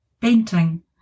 painting